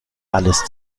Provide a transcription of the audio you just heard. alles